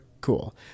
cool